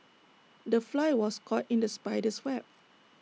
the fly was caught in the spider's web